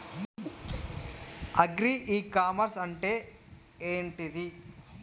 Agri e commerce అంటే ఏంటిది?